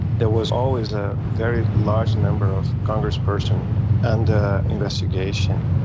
there was always a very large number of congresspersons under investigation.